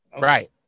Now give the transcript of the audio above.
Right